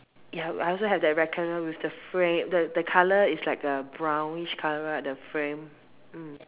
ya I also have that rectangular with the frame the the colour is like a brownish colour right the frame mm